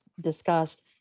discussed